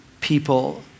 people